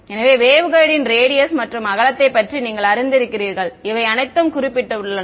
எனவே வேவ்கைடு ன் ரேடியஸ் மற்றும் அகலத்தை பற்றி நீங்கள் அறிந்திருக்கிறீர்கள் இவை அனைத்தும் குறிப்பிடப்பட்டுள்ளன